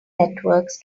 networks